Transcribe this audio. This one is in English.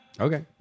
Okay